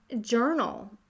journal